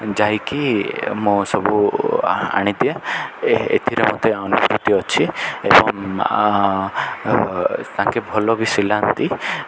ଯାଇକି ମୁଁ ସବୁ ଆ ଆଣି ଦିଏ ଏ ଏଥିରେ ମୋତେ ଅନୁଭୂତି ଅଛି ଏବଂ ତାଙ୍କେ ଭଲ ବି ସିଲାନ୍ତି